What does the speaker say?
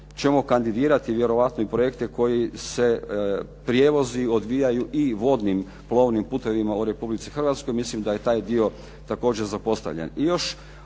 ćemo kandidirati vjerojatno i projekte koji se, prijevozi odvijaju i vodnim, plovnim putevima u Republici Hrvatskoj. Mislim da je taj dio također zapostavljen.